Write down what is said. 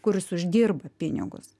kuris uždirba pinigus